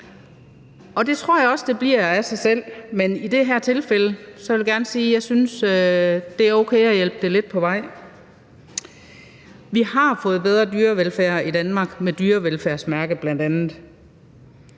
det tror jeg også det bliver af sig selv, men i det her tilfælde vil jeg gerne sige, at jeg synes, det er okay at hjælpe det lidt på vej. Vi har fået en bedre dyrevelfærd i Danmark, bl.a. med et dyrevelfærdsmærke, men jeg